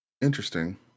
interesting